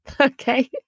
Okay